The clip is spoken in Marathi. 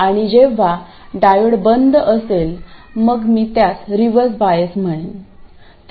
आणि जेव्हा डायोड बंद असेल मग मी त्यास रिव्हर्स बायस म्हणेन